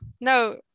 no